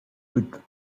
but